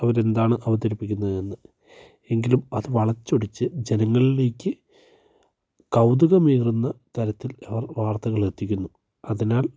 അവർ എന്താണ് അവതരിപ്പിക്കുന്നത് എന്ന് എങ്കിലും അത് വളച്ചൊടിച്ചു ജനങ്ങളിലേക്ക് കൗതുകമേറുന്ന തരത്തിൽ അവർ വാർത്തകൾ എത്തിക്കുന്നു അതിനാൽ